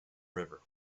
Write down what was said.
river